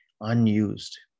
unused